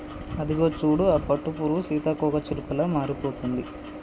అదిగో చూడు ఆ పట్టుపురుగు సీతాకోకచిలుకలా మారిపోతుంది